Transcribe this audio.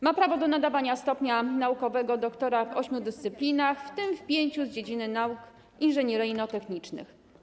Ma prawo do nadawania stopnia naukowego doktora w ośmiu dyscyplinach, w tym pięciu z dziedziny nauk inżynieryjno-technicznych.